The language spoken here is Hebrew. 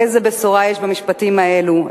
איזו בשורה יש במשפטים אלו,